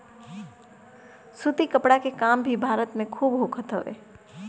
सूती कपड़ा के काम भी भारत में खूब होखत हवे